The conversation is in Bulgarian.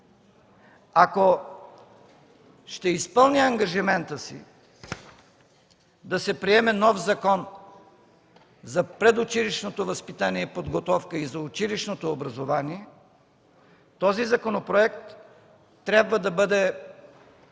ако ще изпълни ангажимента си да се приеме нов Закон за предучилищното възпитание и подготовка и за училищното образование, този законопроект трябва да бъде